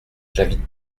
j’invite